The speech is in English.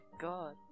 god